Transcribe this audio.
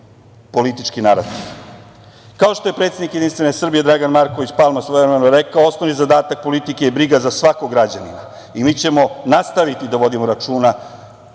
politički narativ. Kao što je predsednik Jedinstvene Srbije Dragan Marković Palma svojevremeno rekao – osnovni zadatak politike je briga za svakog građanina. Mi ćemo i nastaviti da vodimo računa